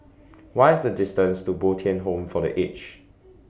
What IS The distance to Bo Tien Home For The Aged